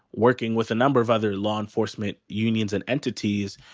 working with a number of other law enforcement unions and entities,